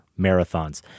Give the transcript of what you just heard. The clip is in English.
Marathons